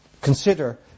Consider